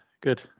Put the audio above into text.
good